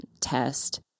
test